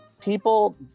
people